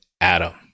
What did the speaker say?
Adam